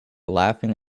laughing